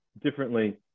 differently